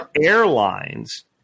airlines